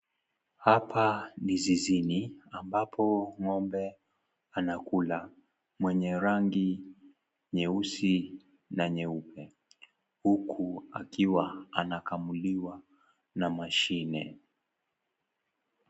Hapa ni zizini ambapo ng'ombe anakula mwenye rangi nyeusi na nyeupe huku akiwa anakamuliwa na mashine.